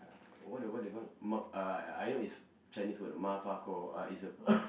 uh what the what they called it mak~ uh I know it's Chinese word uh it's a